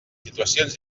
situacions